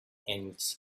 and